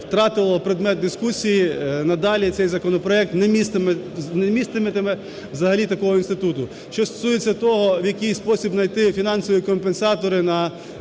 втратило предмет дискусії, надалі цей законопроект не міститиме взагалі такого інституту. Що стосується того, в який спосіб знайти фінансові компенсатори на,